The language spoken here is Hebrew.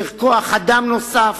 צריך כוח-אדם נוסף,